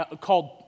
called